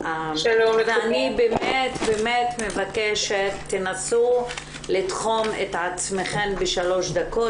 אני באמת מבקשת תנסו לתחום את עצמכן בשלוש דקות,